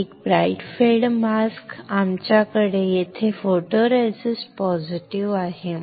एक bright field mask आमच्याकडे येथे फोटोरेसिस्ट पॉझिटिव्ह आहे